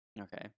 okay